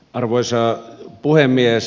arvoisa puhemies